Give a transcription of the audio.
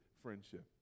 friendship